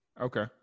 Okay